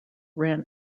ran